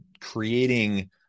creating